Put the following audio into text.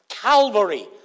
Calvary